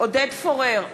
עודד פורר,